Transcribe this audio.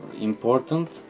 important